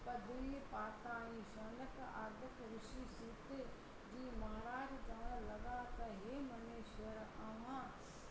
पध्विअ पाताईं सोनक आदक ऋषि सूत जी महाराज चवणु लॻा त हे मनुष्य अवां